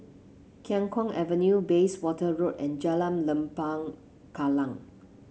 Khiang Guan Avenue Bayswater Road and Jalan Lembah Kallang